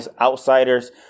outsiders